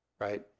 right